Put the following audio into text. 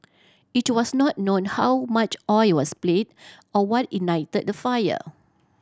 it was not known how much oil was spilled or what ignited the fire